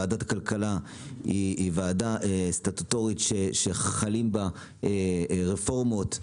ועדת הכלכלה היא ועדה סטטוטורית שחלים בה רפורמות ותקנות.